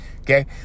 Okay